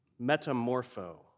metamorpho